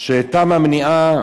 שטעם המניעה